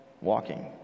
walking